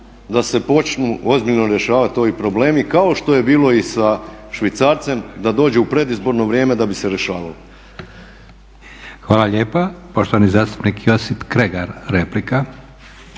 da se počnu ozbiljno rješavati ovi problemi kao što je bilo i sa švicarcem da dođe u predizborno vrijeme da bi se rješavalo.